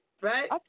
right